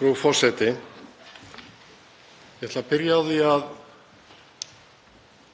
Frú forseti. Ég ætla að byrja á því að